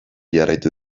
jarraitu